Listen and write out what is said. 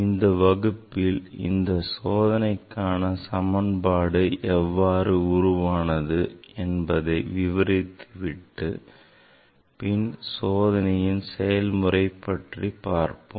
இந்த வகுப்பில் இந்த சோதனைக்கான சமன்பாடு எவ்வாறு உருவானது என்பதை விவரித்து விட்டு பின் சோதனையின் செய்முறை பற்றி பார்ப்போம்